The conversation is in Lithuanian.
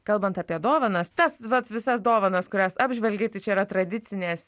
kalbant apie dovanas tas vat visas dovanas kurias apžvelgei tai čia yra tradicinės